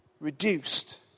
Reduced